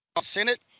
Senate